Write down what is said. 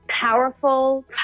powerful